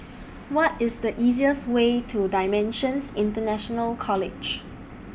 What IS The easiest Way to DImensions International College